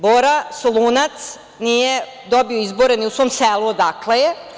Bora Solunac nije dobio izbore ni u svom selu odakle je.